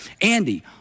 Andy